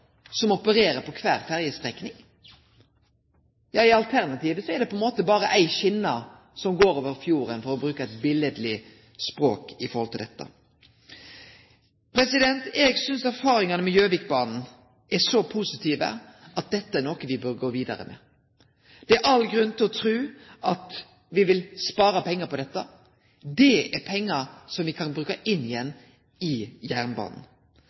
som opererer på kvar ferjestrekning. I dette tilfellet er det berre éi skjene som går over fjorden – for å bruke eit biletleg språk. Eg synest erfaringane med Gjøvikbanen er så positive at dette er noko me bør gå vidare med. Det er all grunn til å tru at me vil spare pengar på dette. Det er pengar som me kan bruke inn igjen i jernbanen.